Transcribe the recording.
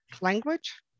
language